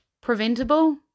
preventable